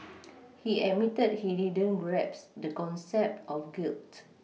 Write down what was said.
he admitted he didn't grasp the concept of guilt